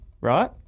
Right